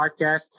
podcast